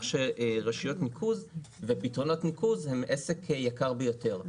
שרשויות ניקוז ופתרונות ניקוז הם עסק יקר ביותר.